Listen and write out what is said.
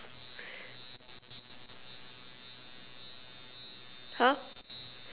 !huh!